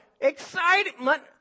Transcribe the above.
excitement